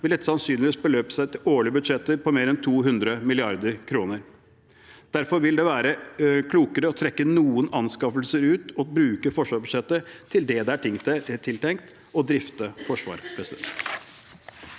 vil dette sannsynligvis beløpe seg til årlige budsjetter på mer enn 200 mrd. kr. Derfor vil det være klokere å trekke ut noen anskaffelser og bruke forsvarsbudsjettet til det det er tiltenkt: å drifte Forsvaret.